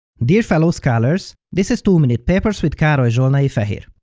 dear fellow scholars, this is two minute papers with karoly zsolnai-feher.